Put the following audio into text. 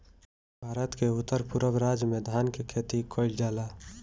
भारत के उत्तर पूरब राज में धान के खेती कईल जाला